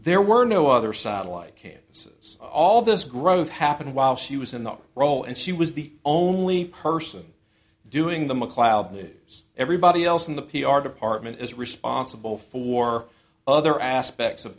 there were no other sata like campuses all this growth happened while she was in the role and she was the only person doing the mcleod news everybody else in the p r department is responsible for other aspects of